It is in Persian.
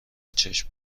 چشم